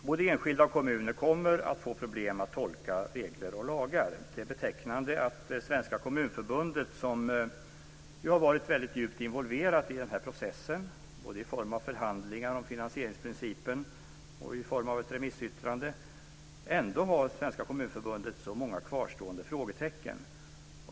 Både enskilda och kommuner kommer att få problem att tolka regler och lagar. Det är betecknande att Svenska Kommunförbundet, som har varit väldigt djupt involverat i denna process både genom förhandlingar om finansieringsprincipen och genom ett remissyttrande, ändå har så många kvarstående frågetecken.